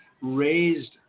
raised